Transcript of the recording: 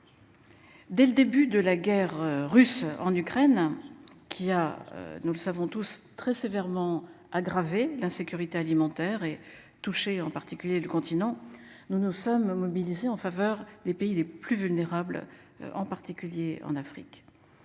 Dès le début de la guerre russe en Ukraine. Qui a nous le savons tous très sévèrement aggraver l'insécurité alimentaire est touché en particulier le continent. Nous nous sommes mobilisés en faveur des pays les plus vulnérables. En particulier en Afrique.